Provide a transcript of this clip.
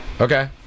Okay